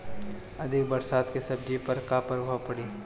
अधिक बरसात के सब्जी पर का प्रभाव पड़ी?